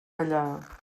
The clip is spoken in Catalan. ballar